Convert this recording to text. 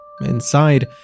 Inside